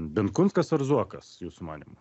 benkunskas ar zuokas jūsų manymu